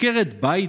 "עקרת בית",